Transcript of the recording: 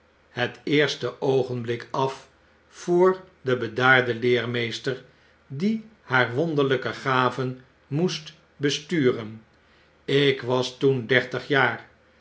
het eerste oogenblik af voor den bedaarden leermeester die haar wonderlyke gaven moest besturen ik was toen dertig jaar